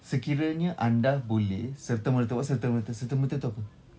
sekiranya anda boleh serta-merta what's serta-merta serta-merta tu apa